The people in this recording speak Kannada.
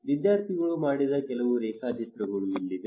ವಿದ್ಯಾರ್ಥಿಗಳು ಮಾಡಿದ ಕೆಲವು ರೇಖಾಚಿತ್ರಗಳು ಇಲ್ಲಿವೆ